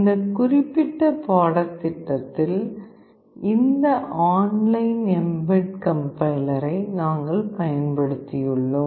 இந்த குறிப்பிட்ட பாடத்திட்டத்தில் இந்த ஆன்லைன் mbed கம்பைலரை நாங்கள் பயன்படுத்தியுள்ளோம்